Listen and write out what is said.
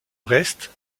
reste